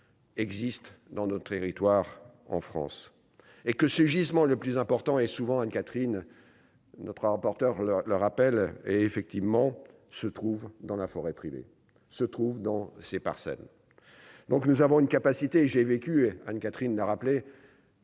Existe dans nos territoires en France et que ce gisement le plus important et souvent Anne-Catherine notre reporter leur le rappel et effectivement se trouve dans la forêt privée se trouvent dans ces parcelles, donc nous avons une capacité, j'ai vécu Anne-Catherine a rappelé.